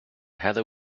heather